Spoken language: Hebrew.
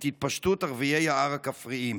את התפשטות ערביי ההר הכפריים.